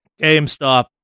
GameStop